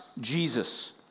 Jesus